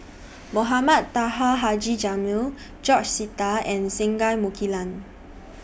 Mohamed Taha Haji Jamil George Sita and Singai Mukilan